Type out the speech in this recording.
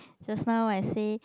just now I say